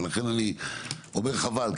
וחבל,